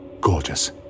gorgeous